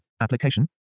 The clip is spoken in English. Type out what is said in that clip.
application